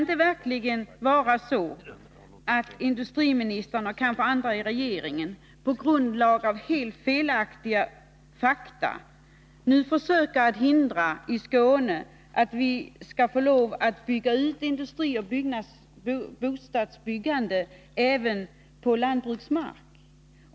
Kan det verkligen vara så att industriministern och kanske andra i regeringen på grundval av helt felaktiga fakta nu försöker hindra att vi i Skåne får lov att bygga industrioch bostadsfastigheter även på lantbruksmark?